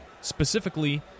Specifically